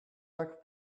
like